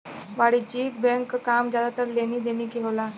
वाणिज्यिक बैंक क काम जादातर लेनी देनी के होला